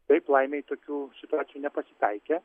taip laimei tokių situacijų nepasitaikė